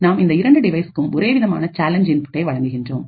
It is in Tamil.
நாம் இந்த இரண்டு டிவைசஸ்கும் ஒரேவிதமான சேலஞ்ச் இன்புட்டை வழங்குகின்றோம்